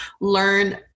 learn